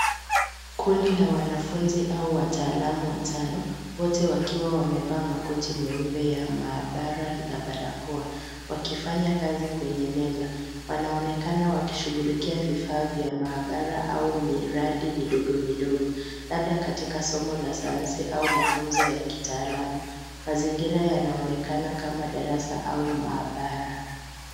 Kundi la wanafunzi au wataalamu watano wote wakiwa wamevaa makoti meupe ya maabara na barakoa wakifanya kazi kwenye meza. Wanaonekana wakishughulikia vifaa vya maabara au miradi midogo midogo labda katika somo la sayansi au mafunzo ya kitaalamu. Mazingira yanaonekana kama darasa au maabara.